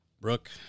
Brooke